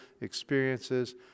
experiences